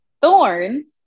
Thorns